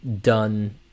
done